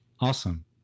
awesome